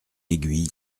aiguille